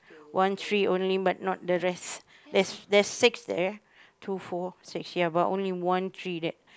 one tree only but not the rest there's there's six there two four six ya but only one tree there